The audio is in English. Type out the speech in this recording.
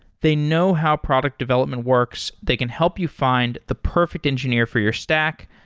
they know how product development works. they can help you find the perfect engineer for your stack,